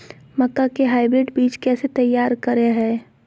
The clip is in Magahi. मक्का के हाइब्रिड बीज कैसे तैयार करय हैय?